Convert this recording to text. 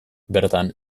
bertan